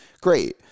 Great